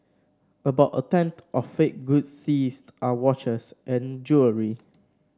about a tenth of fake goods seized are watches and jewellery